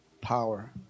power